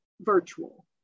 virtual